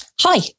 Hi